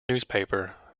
newspaper